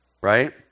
right